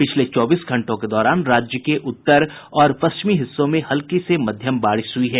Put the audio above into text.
पिछले चौबीस घंटों के दौरान राज्य के उत्तर और पश्चिमी हिस्सों में हल्की से मध्यम बारिश हुई है